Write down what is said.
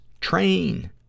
train